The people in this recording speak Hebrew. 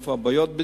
איפה הבעיות,